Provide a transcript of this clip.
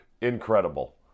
incredible